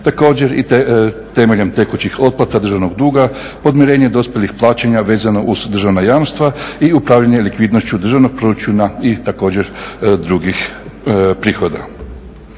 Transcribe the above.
također i temeljem tekućih otplata državnog duga, podmirenja dospjelih plaćanja vezano uz državna jamstava i upravljanja likvidnošću državnog proračuna i također drugih prihoda.